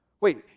Wait